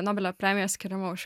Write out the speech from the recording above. nobelio premijos skyrimo už